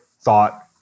thought